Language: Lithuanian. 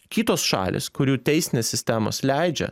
kitos šalys kurių teisinės sistemos leidžia